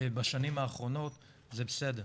בשנים האחרונות, זה בסדר.